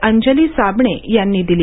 अंजली साबणे यांनी दिली